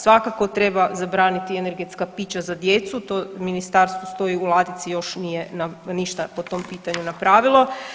Svakako treba zabraniti energetska pića za djecu, to ministarstvu stoji u ladici, još nije ništa po tom pitanju napravilo.